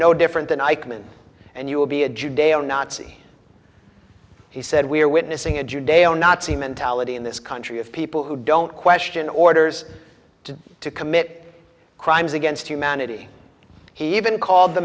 no different than eichmann and you will be a judeo nazi he said we are witnessing a judeo nazi mentality in this country of people who don't question orders to to commit crimes against humanity he even called the